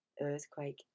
earthquake